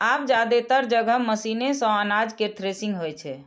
आब जादेतर जगह मशीने सं अनाज केर थ्रेसिंग होइ छै